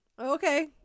okay